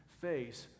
face